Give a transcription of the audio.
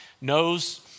knows